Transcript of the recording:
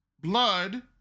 blood